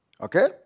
Okay